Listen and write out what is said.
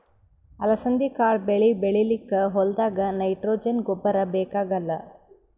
ಅಲಸಂದಿ ಕಾಳ್ ಬೆಳಿ ಬೆಳಿಲಿಕ್ಕ್ ಹೋಲ್ದಾಗ್ ನೈಟ್ರೋಜೆನ್ ಗೊಬ್ಬರ್ ಬೇಕಾಗಲ್